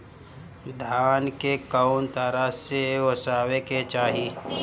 धान के कउन तरह से ओसावे के चाही?